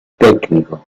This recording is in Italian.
tecnico